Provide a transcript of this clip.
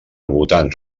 votants